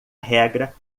regra